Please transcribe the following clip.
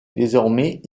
désormais